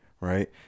right